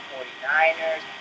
49ers